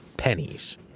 pennies